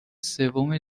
سوم